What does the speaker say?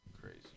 Crazy